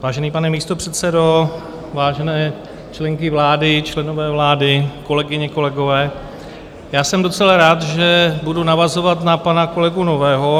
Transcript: Vážený pane místopředsedo, vážené členky vlády, členové vlády, kolegyně, kolegové, jsem docela rád, že budu navazovat na pana kolegu Nového.